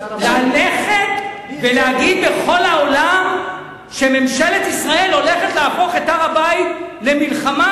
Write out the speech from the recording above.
ללכת ולהגיד בכל העולם שממשלת ישראל הולכת להפוך את הר-הבית למלחמה,